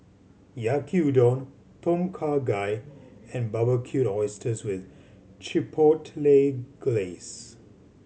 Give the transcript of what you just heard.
Yaki Udon Tom Kha Gai and Barbecued Oysters with Chipotle Glaze